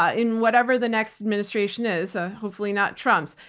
ah in whatever the next administration is, ah hopefully not trump's,